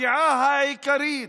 שהפגיעה העיקרית